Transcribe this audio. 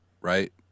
Right